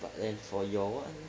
but then for your [one]